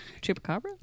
Chupacabra